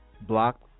Block